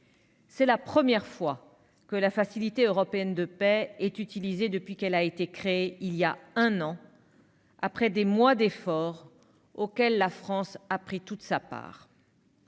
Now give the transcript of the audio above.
C'est la première fois que la Facilité européenne de paix est utilisée depuis sa création, il y a un an, après des mois d'efforts auxquels la France a pris toute sa part.